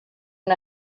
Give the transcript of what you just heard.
una